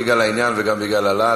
בניגוד להרבה.